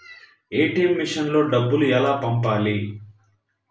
ATM మెషిన్లో డబ్బులు ఎలా పంపాలి?